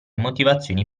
motivazioni